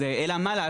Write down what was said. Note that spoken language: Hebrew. אלה הדברים